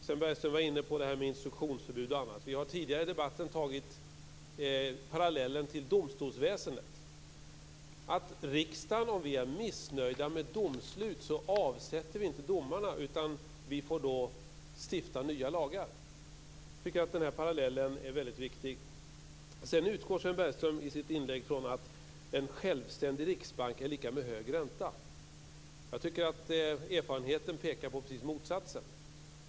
Sven Bergström var inne på det här med instruktionsförbud. Vi har tidigare i debatten dragit parallellen till domstolsväsendet. Om vi i riksdagen är missnöjda med ett domslut avsätter vi inte domarna, utan vi får då stifta nya lagar. Jag tycker att den parallellen är väldigt viktig. Sedan utgår Sven Bergström i sitt inlägg från att en självständig riksbank är lika med hög ränta. Jag tycker att erfarenheten pekar på precis motsatsen.